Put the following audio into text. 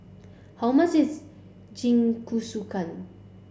how much is Jingisukan